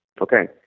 Okay